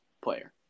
player